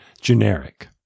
generic